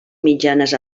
mitjanes